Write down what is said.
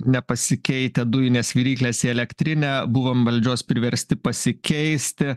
nepasikeitę dujinės viryklės į elektrinę buvom valdžios priversti pasikeisti